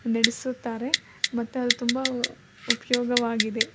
ನಡೆಸುತ್ತಾರೆ ಮತ್ತು ಅದು ತುಂಬ ಉಪಯೋಗವಾಗಿದೆ